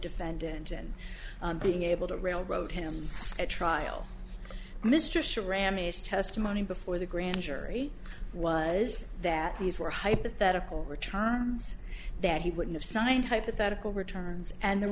defendant and being able to railroad him at trial mr shaw ramey's testimony before the grand jury was that these were hypothetical returns that he wouldn't have signed hypothetical returns and the